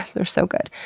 they're so good.